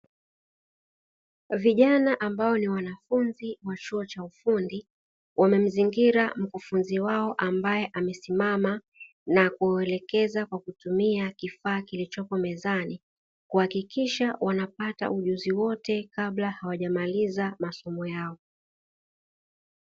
Vijana ambao ni wanafunzi wa chuo cha ufundi wamemzingira mkufunzi wao ambaye amesimama na kuwaelekeza kwa kutumia kifaa kilichopo mezani, kuhakikisha wanapata ujuzi wote kabla hawajamaliza masomo yao.